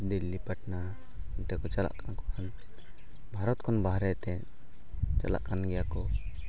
ᱫᱤᱞᱞᱤ ᱯᱟᱴᱱᱟ ᱚᱱᱛᱮ ᱠᱚ ᱪᱟᱞᱟᱜ ᱠᱟᱱᱟ ᱠᱚ ᱵᱷᱟᱨᱚᱛ ᱠᱷᱚᱱ ᱵᱟᱦᱨᱮ ᱛᱮ ᱪᱟᱞᱟᱜ ᱠᱟᱱ ᱜᱮᱭᱟ ᱠᱚ